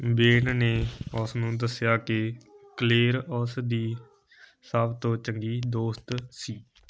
ਬੇਨ ਨੇ ਉਸ ਨੂੰ ਦੱਸਿਆ ਕਿ ਕਲੇਰ ਉਸ ਦੀ ਸਭ ਤੋਂ ਚੰਗੀ ਦੋਸਤ ਸੀ